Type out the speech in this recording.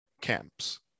camps